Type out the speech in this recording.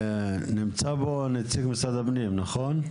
נמצא פה נציג משרד הפנים, נכון?